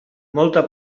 molta